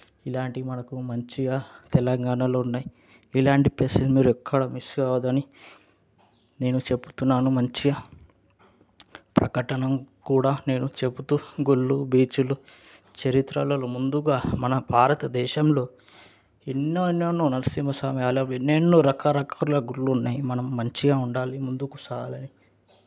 ఇలాంటివి మనకు మంచిగా తెలంగాణలో ఉన్నాయి ఇలాంటి ప్లేసెస్ మీరు ఎక్కడా మిస్ కావద్దని నేను చెబుతున్నాను మంచిగా ప్రకటన కూడా నేను చెబుతు గుళ్ళు బీచ్లు చరిత్రలలో ముందుగా మన భారతదేశంలో ఎన్నెన్నో నరసింహస్వామి అలా ఎన్నెన్నో రకరకాల గుళ్ళు ఉన్నాయి మనం మంచిగా ఉండాలి ముందుకు సాగాలని